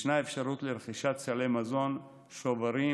ישנה אפשרות לרכישת סלי מזון או שוברים